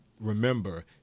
remember